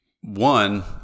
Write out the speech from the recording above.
one